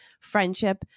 friendship